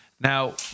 Now